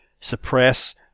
suppress